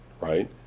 right